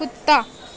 کتا